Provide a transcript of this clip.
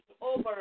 over